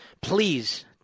Please